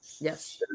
Yes